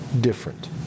different